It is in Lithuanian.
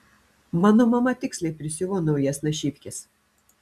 mano mama tiksliai prisiuvo naujas našyvkes